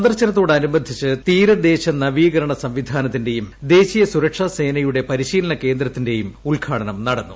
സന്ദർശനത്തോടനുബന്ധിച്ച് തീരദേശ നവീകരണ സംവിധാനത്തിന്റെയും ദേശീയ സുരക്ഷാ സേനയുടെ പരിശീലന കേന്ദ്രത്തിന്റെയും ഉദ്ഘാടനവും നടന്നു